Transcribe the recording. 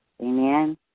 Amen